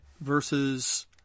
verses